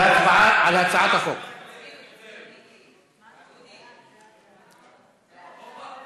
ההצעה להעביר את הצעת חוק לתיקון פקודת הראיות